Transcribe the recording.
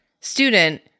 student